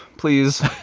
please